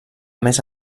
més